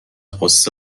غصه